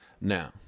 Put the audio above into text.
Now